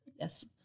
yes